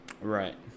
Right